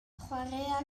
chwaraea